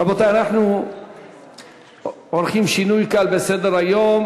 רבותי, אנחנו עורכים שינוי קל בסדר-היום.